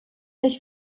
nicht